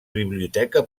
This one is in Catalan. biblioteca